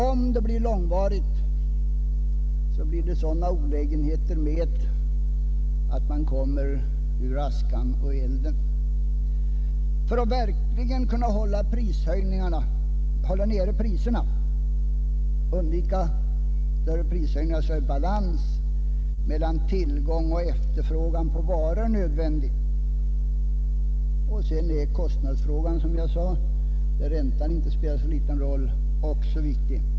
Om det blir långvarigt uppstår sådana olägenheter att man som sagt kommer ur askan i elden. För att man verkligen skall kunna hålla nere priserna och alltså undvika några större prishöjningar är balans mellan tillgång och efterfrågan på varor nödvändig. Och kostnadsfrågan — där räntan inte spelar så liten roll — är, som jag sade, också viktig.